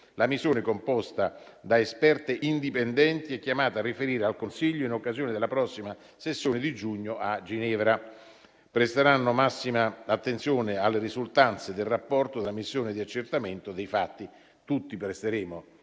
La missione, composta da esperti indipendenti, è chiamata a riferire al Consiglio in occasione della prossima sessione di giugno a Ginevra. Tutti presteremo massima attenzione alle risultanze del rapporto della missione di accertamento dei fatti. In sede